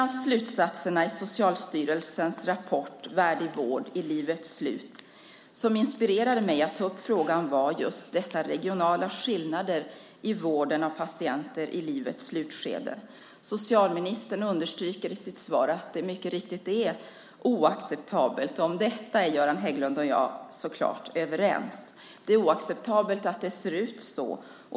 Den slutsats i Socialstyrelsens rapport Vård i livets slutskede som inspirerade mig att ta upp frågan var just dessa regionala skillnader i vården av patienter i livets slutskede. Socialministern understryker i sitt svar att dessa mycket riktigt är oacceptabla. Om detta är Göran Hägglund och jag såklart överens. Det är oacceptabelt att det ser ut så.